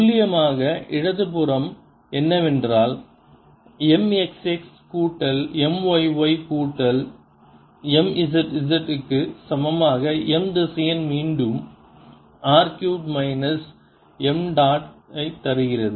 துல்லியமாக இடது புறம் என்னவென்றால் mxx கூட்டல் myy கூட்டல் mzz க்கு சமமாக m திசையன் மீண்டும் r cube minus m dot தருகிறது